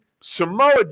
Samoa